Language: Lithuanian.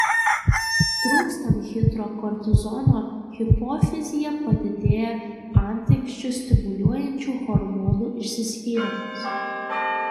trūkstant hidrokortizono hipofizyje padidėja antinksčius stimuliuojančių hormonų išsiskyrimas